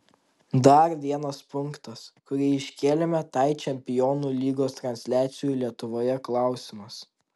dar vienas punktas kurį iškėlėme tai čempionų lygos transliacijų lietuvoje klausimas